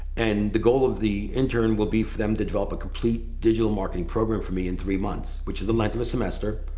and the goal of the intern will be for them to develop a complete digital marketing program for me in three months, which is the length of a semester.